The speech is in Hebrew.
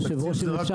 התקציב זה רק